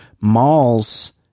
Malls